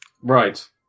Right